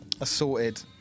assorted